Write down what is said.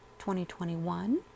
2021